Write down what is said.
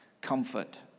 comfort